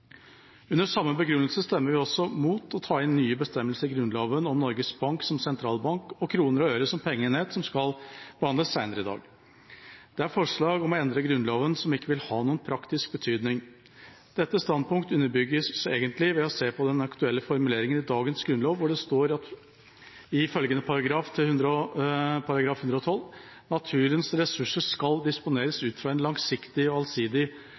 Under samme begrunnelse stemmer vi også imot å ta inn nye bestemmelser i Grunnloven om Norges Bank som sentralbank og kroner og øre som pengeenhet, forslag som skal behandles senere i dag. Det er forslag om å endre Grunnloven som ikke vil ha noen praktisk betydning. Dette standpunktet kan egentlig underbygges ved å se på den aktuelle formuleringen i § 112 i dagens grunnlov, der det står: «Naturens ressurser skal disponeres ut fra en langsiktig og allsidig